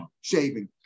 shaving